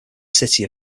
city